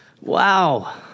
Wow